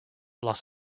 los